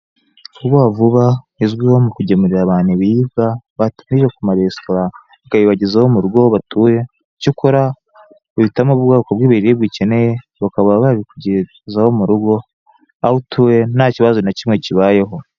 Vubavuba izwiho mu kugemurira abantu ibiribwa batumije ku maresitora ikabibagezaho mu rugo aho batuye, cyakora uhitamo ubwo bw'ibiribwa ukeneye bakaba babikugezaho mu rugo aho utuye nta kibazo na kimwe kibayeho.